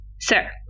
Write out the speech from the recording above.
Sir